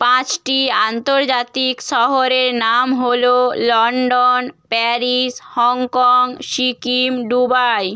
পাঁচটি আন্তর্জাতিক শহরের নাম হলো London Paris Hong Kong Sikkim Dubai